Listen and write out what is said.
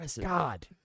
God